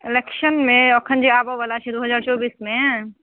एलेक्शनमे एखन जे आबऽवला छै दू हजार चौबीसमे